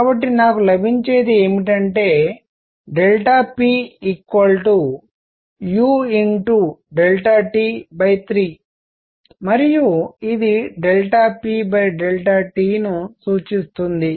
కాబట్టి నాకు లభించేది ఏమిటంటే p ut 3మరియు ఇది p t ను సూచిస్తుంది